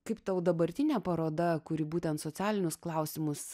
kaip tau dabartinė paroda kuri būtent socialinius klausimus